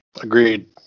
Agreed